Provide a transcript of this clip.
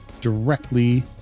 directly